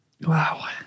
wow